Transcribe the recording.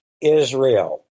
Israel